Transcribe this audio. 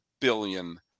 billion